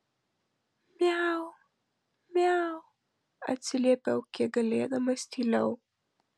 miau miau atsiliepiau kiek galėdamas tyliau